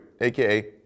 aka